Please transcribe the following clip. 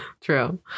true